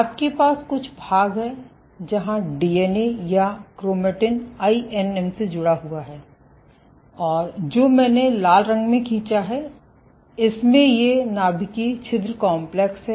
आपके पास कुछ भाग हैं जहां डीएनए या क्रोमैटिन आईएनएम से जुड़ा हुआ है और जो मैंने लाल रंग में खींचा है इसमें ये नाभिकीय छिद्र कॉम्प्लेक्स हैं